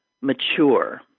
mature